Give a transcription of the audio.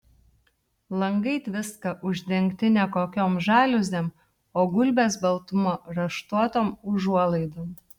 langai tviska uždengti ne kokiom žaliuzėm o gulbės baltumo raštuotom užuolaidom